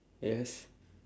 yes